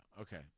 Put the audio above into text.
okay